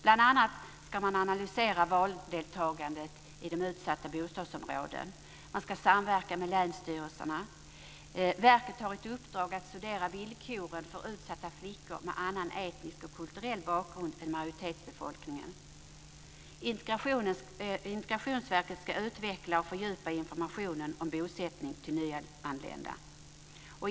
Bl.a. ska man analysera valdeltagandet i de utsatta bostadsområdena. Man ska samverka med länsstyrelserna. Verket har i uppdrag att studera villkoren för utsatta flickor med annan etnisk och kulturell bakgrund än majoritetsbefolkningen. Integrationsverket ska utveckla och fördjupa informationen om bosättningen till nyanlända.